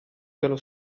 dello